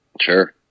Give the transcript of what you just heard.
Sure